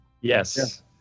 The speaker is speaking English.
Yes